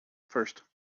first